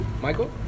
Michael